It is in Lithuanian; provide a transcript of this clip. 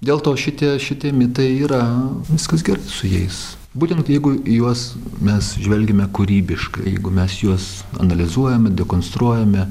dėl to šitie šitie mitai yra viskas gerai su jais būtent jeigu į juos mes žvelgiame kūrybiškai jeigu mes juos analizuojame dekonstruojame